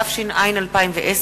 התש"ע 2010,